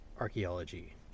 archaeology